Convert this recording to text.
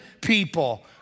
people